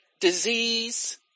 disease